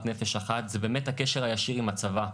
"נפש אחת" זה באמת הקשר הישיר עם הצבא.